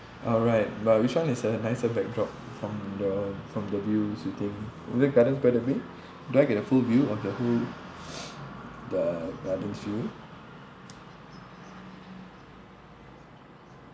alright but which one is a nicer backdrop from the from the views you think gardens by the bay do I get a full view of the who the garden's view